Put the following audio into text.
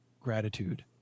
gratitude